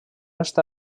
està